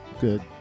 good